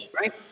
right